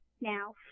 now